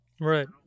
right